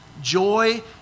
joy